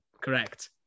Correct